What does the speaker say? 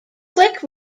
click